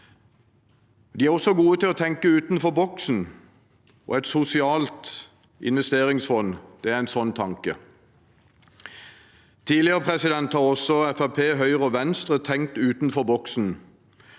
De er også gode til å tenke utenfor boksen, og et sosialt investeringsfond er en sånn tanke. Tidligere har også Fremskrittspartiet, Høyre og Venstre tenkt utenfor boksen